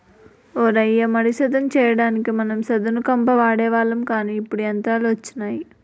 ఓ రయ్య మడి సదును చెయ్యడానికి మనం సదును కంప వాడేవాళ్ళం కానీ ఇప్పుడు యంత్రాలు వచ్చినాయి